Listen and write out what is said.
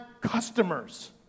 customers